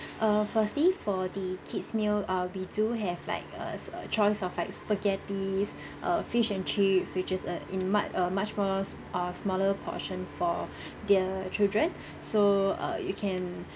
err firstly for the kids' meal err we do have like a a choice of like spaghetti uh fish and chip which is uh in mu~ err much more err smaller portion for the children so err you can